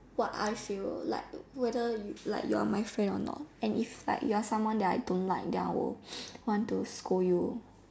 what I feel like whether like you are my friend a not and if you are like someone I don't like then I will want to scold you